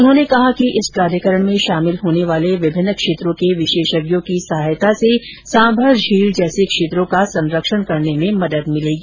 उन्होंने कहा कि इस प्राधिकरण में शामिल होने वाले विभिन्न क्षेत्रों के विशेषज्ञों की सहायता से सांभर झील जैसे क्षेत्रों का संरक्षण करने में मदद मिलेगी